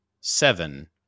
seven